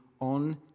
on